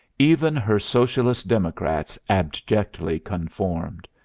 even her socialist-democrats abjectly conformed.